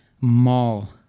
mall